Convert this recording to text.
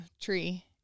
tree